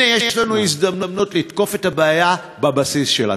הנה, יש לנו הזדמנות לתקוף את הבעיה בבסיס שלה.